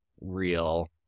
real